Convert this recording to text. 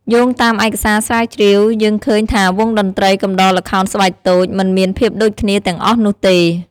យោងតាមឯកសារស្រាវជ្រាវ យើងឃើញថាវង់តន្ត្រីកំដរល្ខោនស្បែកតូច មិនមានភាពដូចគ្នាទាំងអស់នោះទេ ។